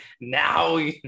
now